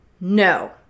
no